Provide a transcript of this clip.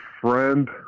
friend